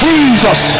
Jesus